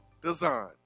Design